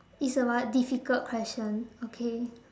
it's a what difficult question okay